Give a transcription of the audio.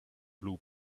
blue